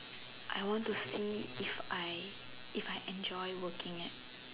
I want to see if I if enjoy working at